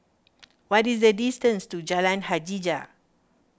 what is the distance to Jalan Hajijah